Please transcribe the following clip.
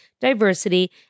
diversity